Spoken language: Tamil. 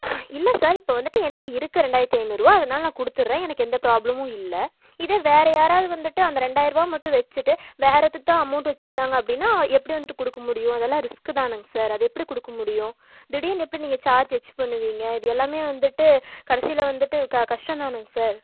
இல்லை சார் இப்போ வந்துட்டு என்கிட்ட இருக்குது ரெண்டாயிரத்தி ஐநூறுபா அதனால் நான் கொடுத்துடுறன் எனக்கு எந்த ப்ராப்லமும் இல்லை இதே வர யாராவது வந்துட்டு அந்த ரெண்டாயிருபா மட்டும் வச்சிக்கிட்டு வேற எதுக்கும் அமௌன்ட் வச்சிருந்தாங்க அப்படினா எப்படி வந்துட்டு கொடுக்க முடியும் அதெலாம் ரிஸ்க்கு தானுங்க சார் அது எப்படி கொடுக்க முடியும் திடீர்னு எப்படி நீங்கள் அச்சீவ் பண்ணுவீங்கள் இது எல்லாமே வந்துட்டு கடைசியில வந்துட்டு கஷ்டம் தானுங்க சார்